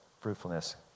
fruitfulness